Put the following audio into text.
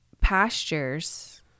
pastures